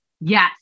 Yes